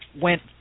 went